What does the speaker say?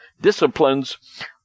disciplines